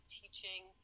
teaching